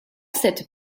cette